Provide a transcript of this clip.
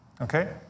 Okay